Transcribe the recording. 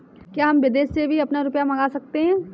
क्या हम विदेश से भी अपना रुपया मंगा सकते हैं?